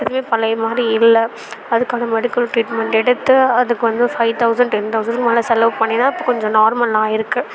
இதுவே பழைய மாதிரி இல்லை அதுக்கு வந்து மெடிக்கல் ட்ரீட்மெண்ட் எடுத்து அதுக்கு வந்து ஃபைவ் தௌசண்ட் டென் தௌசண்ட்க்கு மேல செலவு பண்ணி தான் இப்போ கொஞ்சம் நார்மல் ஆகிருக்கு